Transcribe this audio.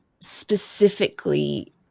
specifically